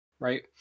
right